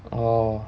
oh